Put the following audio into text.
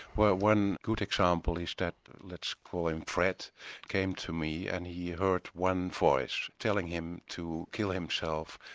well one good example is that let's call him fred came to me and he heard one voice telling him to kill himself,